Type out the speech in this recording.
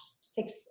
six